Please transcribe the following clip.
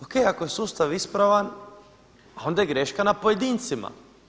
O.K., ako je sustav ispravan, onda je greška na pojedincima.